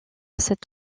cet